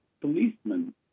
policemen